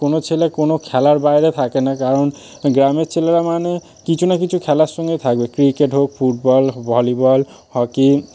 কোনও ছেলে কোনও খেলার বাইরে থাকে না কারণ গ্রামের ছেলেরা মানে কিছু না কিছু খেলার সঙ্গে থাকবে ক্রিকেট হোক ফুটবল ভলিবল হকি